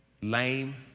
Lame